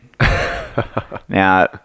Now